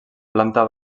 planta